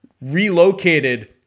relocated